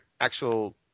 actual